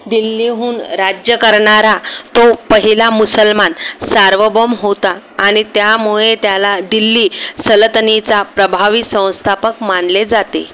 दिल्लीहून राज्य करणारा तो पहिला मुसलमान सार्वभौम होता आणि त्यामुळे त्याला दिल्ली सलतनीचा प्रभावी संस्थापक मानले जाते